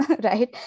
right